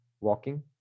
walking